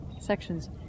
sections